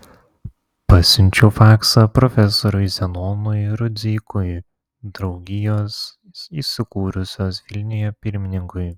pasiunčiau faksą profesoriui zenonui rudzikui draugijos įsikūrusios vilniuje pirmininkui